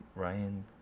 Ryan